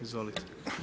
Izvolite.